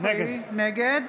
נגד